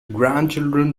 grandchildren